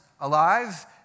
alive